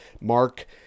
Mark